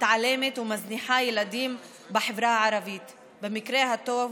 מתעלמת ומזניחה ילדים בחברה הערבית במקרה הטוב,